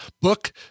book